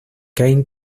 gained